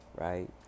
Right